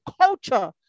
culture